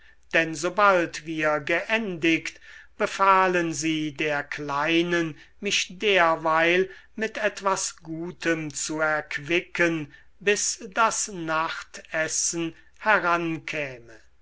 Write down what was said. denn sobald wir geendigt befahlen sie der kleinen mich derweil mit etwas gutem zu erquicken bis das nachtessen herankäme